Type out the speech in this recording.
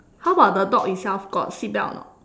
how about the dog itself got seat belt or not